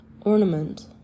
Ornament